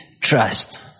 trust